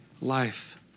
life